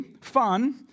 Fun